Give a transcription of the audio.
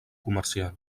comercial